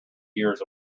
years